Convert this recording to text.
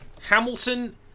Hamilton